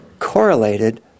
correlated